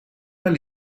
mijn